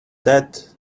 that